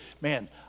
man